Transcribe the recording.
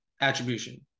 attribution